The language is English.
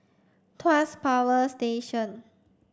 Tuas Power Station